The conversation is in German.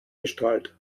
bestrahlt